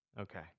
Okay